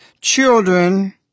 children